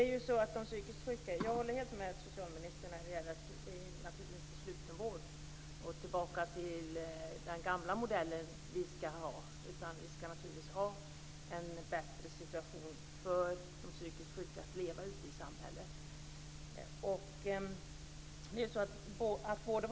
Jag håller helt med socialministern om att vi naturligtvis inte skall gå tillbaka till den gamla modellen med slutenvård, utan vi skall skapa en bättre möjlighet för de psykiskt sjuka att leva ute i samhället.